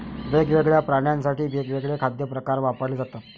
वेगवेगळ्या प्राण्यांसाठी वेगवेगळे खाद्य प्रकार वापरले जातात